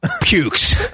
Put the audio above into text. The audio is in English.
pukes